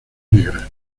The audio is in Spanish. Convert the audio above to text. negras